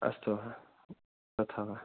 अस्तु ह तथा वा